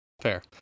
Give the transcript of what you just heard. Fair